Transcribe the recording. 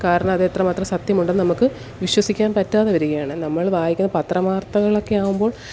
കാരണം അത് എത്ര മാത്രം സത്യമുണ്ടെന്ന് നമുക്ക് വിശ്വസിക്കാൻ പറ്റാതെ വരികയാണ് നമ്മൾ വായിക്കാൻ പത്രവാർത്തകളൊക്കെ ആകുമ്പോൾ